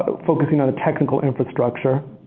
ah focusing on the technical infrastructure.